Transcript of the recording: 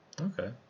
Okay